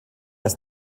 ist